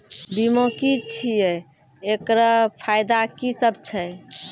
बीमा की छियै? एकरऽ फायदा की सब छै?